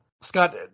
Scott